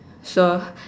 sure